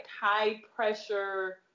high-pressure